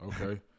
Okay